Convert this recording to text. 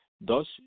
thus